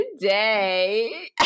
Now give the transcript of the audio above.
today